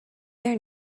their